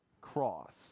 cross